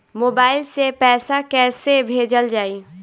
Mobile से पैसा कैसे भेजल जाइ?